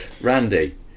randy